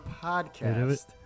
Podcast